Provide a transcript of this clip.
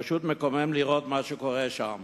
פשוט מקומם לראות מה שקורה שם.